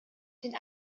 den